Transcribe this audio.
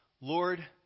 Lord